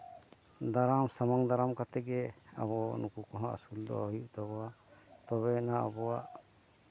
ᱫᱟᱨᱟᱢ ᱥᱟᱢᱟᱝ ᱫᱟᱨᱟᱢ ᱠᱟᱛᱮᱫ ᱜᱮ ᱟᱵᱚ ᱱᱩᱠᱩ ᱠᱚᱦᱚᱸ ᱟᱹᱥᱩᱞ ᱫᱚ ᱦᱩᱭᱩᱜ ᱛᱟᱵᱚᱱᱟ ᱛᱚᱵᱮᱭᱟᱱᱟᱜ ᱟᱵᱚᱣᱟᱜ